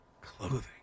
Clothing